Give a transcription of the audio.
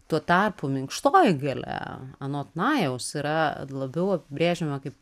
tuo tarpu minkštoji galia anot najaus yra labiau brėžiama kaip